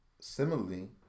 similarly